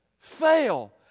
fail